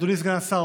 אדוני סגן השר,